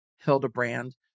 Hildebrand